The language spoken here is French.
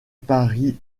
paris